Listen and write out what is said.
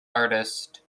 artist